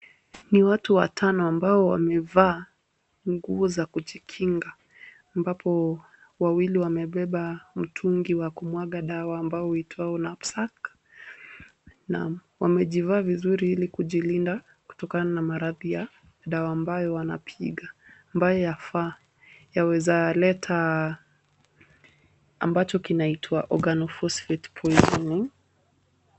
Ni watu watano ambao wamevaa nguo za kujikinga. Ambapo wawili wamebeba mtungi wa kumwaga dawa ambao uitwao Knapsack na wamejivaa vizuri ili kujilinda kutokana na maradhi ya dawa ambayo wanapiga ambayo yafaa. Yawezaleta ambacho kinaitwa organophosphate poisoning .